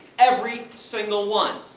every single one,